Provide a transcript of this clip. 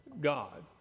God